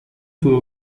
tour